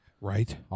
Right